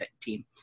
team